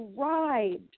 arrived